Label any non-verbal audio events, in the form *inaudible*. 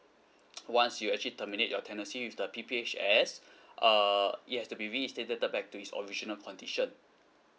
*noise* once you actually terminate your tenancy with the P_P_H_S err you have to be reinstated the back to its original condition